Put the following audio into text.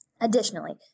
Additionally